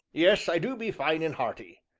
yes, i do be fine an' hearty.